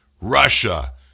Russia